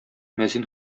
мәзин